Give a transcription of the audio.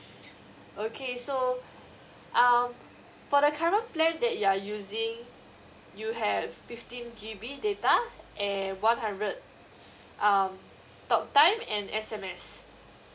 okay so um for the current plan that you are using you have fifteen G_B data and one hundred um talk time and S_M_S